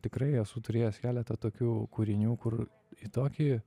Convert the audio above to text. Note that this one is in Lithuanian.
tikrai esu turėjęs keletą tokių kūrinių kur į tokį